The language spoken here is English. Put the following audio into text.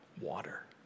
water